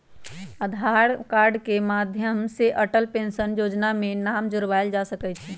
आधार card के माध्यम से अटल पेंशन जोजना में नाम जोरबायल जा सकइ छै